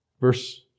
Verse